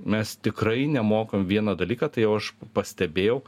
mes tikrai nemokam vieną dalyką tai jau aš pastebėjau